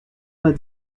vingt